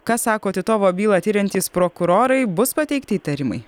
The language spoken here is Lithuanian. ką sako titovo bylą tiriantys prokurorai bus pateikti įtarimai